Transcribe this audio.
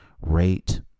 rate